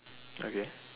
okay